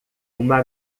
uma